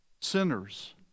sinners